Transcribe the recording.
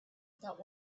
about